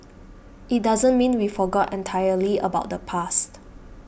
it doesn't mean we forgot entirely about the past